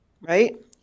right